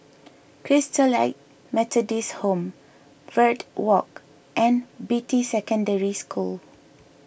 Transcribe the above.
Christalite Methodist Home Verde Walk and Beatty Secondary School